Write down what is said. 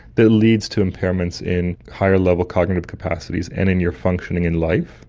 that leads to impairments in higher level cognitive capacities and in your functioning in life?